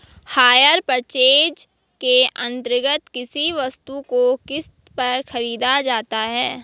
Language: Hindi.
हायर पर्चेज के अंतर्गत किसी वस्तु को किस्त पर खरीदा जाता है